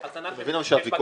אנחנו צריכים למצוא -- כן,